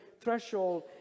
threshold